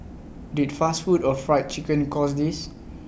did fast food or Fried Chicken cause this